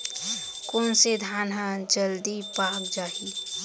कोन से धान ह जलदी पाक जाही?